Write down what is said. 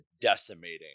decimating